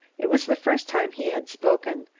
it was the first time he had spoken,